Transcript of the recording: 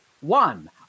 One